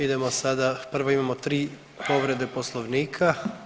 Idemo sada, prvo imamo tri povrede Poslovnika.